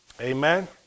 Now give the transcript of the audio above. amen